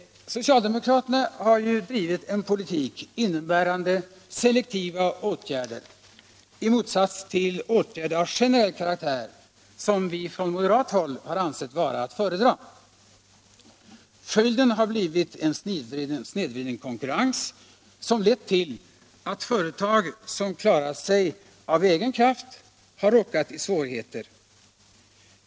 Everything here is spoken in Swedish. Socialdemokraterna har ju drivit en politik innebärande selektiva åtgärder, i motsats till åtgärder av generell karaktär som vi från moderat håll ansett vara att föredra. Följden har blivit en snedvriden konkurrens som lett till att företag, som annars klarat sig av egen kraft, har råkat i svårigheter.